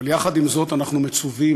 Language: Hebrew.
אבל יחד עם זאת, אנחנו מצווים